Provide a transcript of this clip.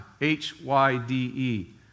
H-Y-D-E